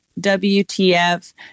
wtf